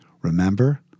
Remember